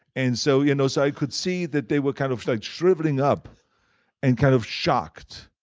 and so you know so i could see that they were kind of like shriveling up and kind of shocked.